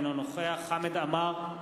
אינו נוכח חמד עמאר,